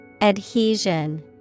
Adhesion